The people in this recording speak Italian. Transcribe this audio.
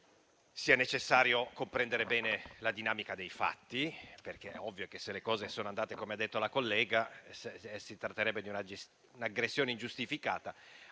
sia necessario comprendere bene la dinamica dei fatti. È ovvio che se le cose sono andate come ha detto la collega, si tratterebbe di un'aggressione ingiustificata.